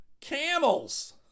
camels